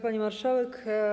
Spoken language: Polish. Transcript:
Pani Marszałek!